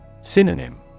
Synonym